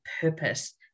purpose